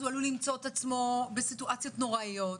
הוא עלול למצוא את עצמו בסיטואציות נוראיות,